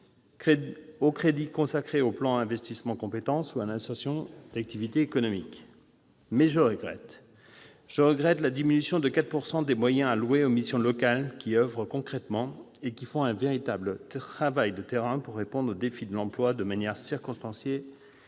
aux crédits consacrés au plan d'investissement dans les compétences et à l'insertion par l'activité économique. En revanche, je regrette la diminution de 4 % des moyens alloués aux missions locales, qui oeuvrent concrètement et font un véritable travail de terrain pour répondre aux défis de l'emploi de manière circonstanciée,